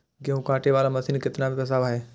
गेहूँ काटे वाला मशीन केतना के प्रस्ताव हय?